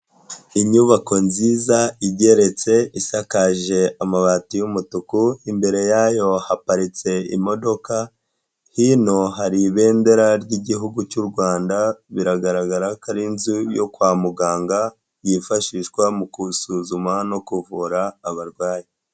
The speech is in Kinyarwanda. Inyubako nziza igeretse isakaje amabati y'umutuku imbere yayo haparitse imodoka, hino hari ibendera ry'igihugu cy'u Rwanda, biragaragara ko ari inzu yo kwa muganga yifashishwa mu gusuzuma no kuvura abarwayi.